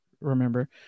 Remember